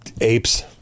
apes